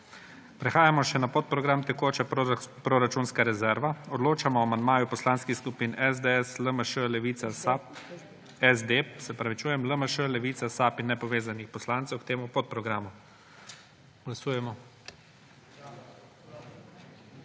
Prehajamo še na podprogram Tekoča proračunska rezerva. Odločamo o amandmaju poslanskih skupin SDS, LMŠ, Levica, SAB …– SD se opravičujem –, LMŠ, Levica, SAB in nepovezanih poslancev k temu podprogramu. Glasujemo.